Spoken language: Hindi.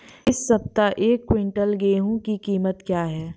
इस सप्ताह एक क्विंटल गेहूँ की कीमत क्या है?